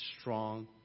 strong